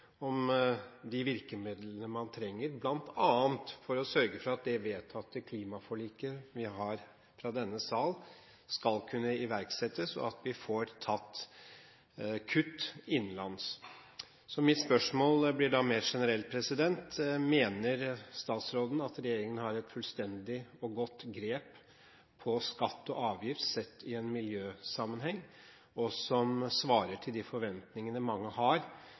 om de virkemidlene man trenger, bl.a. for å sørge for at det vedtatte klimaforliket vi har fra denne sal, skal kunne iverksettes, og at vi får tatt kutt innenlands. Mitt spørsmål blir da mer generelt: Mener statsråden at regjeringen har et fullstendig og godt grep på skatter og avgifter i miljøsammenheng, og som svarer til de forventningene mange har,